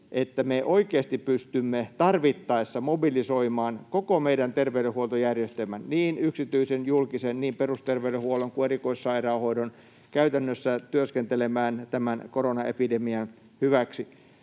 että me oikeasti pystymme tarvittaessa mobilisoimaan koko meidän terveydenhuoltojärjestelmämme, niin yksityisen kuin julkisen, niin perusterveydenhuollon kuin erikoissairaanhoidon, käytännössä työskentelemään tämän koronaepidemian hyväksi.